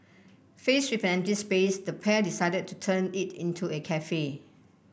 faced with an empty space the pair decided to turn it into a cafe